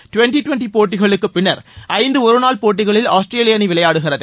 twenty twenty போட்டிகளுக்கு பின்னர் ஐந்து ஒரு நாள் போட்டிகளில் ஆஸ்திரேலிய அணி விளையாடுகிறது